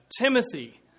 Timothy